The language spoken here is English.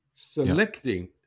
selecting